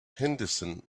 henderson